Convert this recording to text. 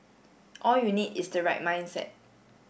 all you need is the right mindset